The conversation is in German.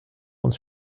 uns